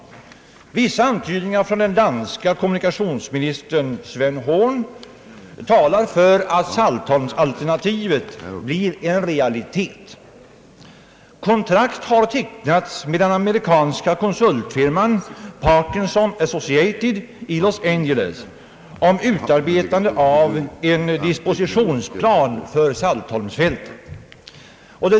Vissa antydningar från den danske kommunikationsministern, Sven Horn, talar för att Saltholms-alternativet blir en realitet. Kontrakt har tecknats med den amerikanska konsultfirman Parkinson Associated i Los Angeles om utarbetande av en dispositionsplan för Saltholmsfältet.